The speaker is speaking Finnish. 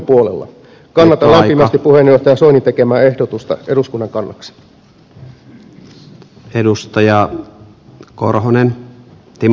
kannatan lämpimästi puheenjohtaja soinin tekemää ehdotusta eduskunnan kannaksi